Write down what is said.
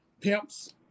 pimps